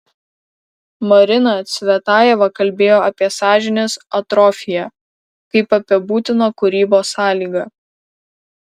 marina cvetajeva kalbėjo apie sąžinės atrofiją kaip apie būtiną kūrybos sąlygą